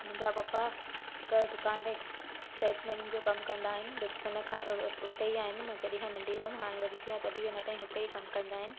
मुंहिंजा पप्पा हिकु दुकान ते सैल्समैनिंग जो कमु कंदा आहिनि बचपन खां हुते ई आहिनि मूं जॾहिं खां नंढी हुअमि हाणे वॾी थी आहियां तॾहिं बि अञा ताईं हुते ई कमु कंदा आहिनि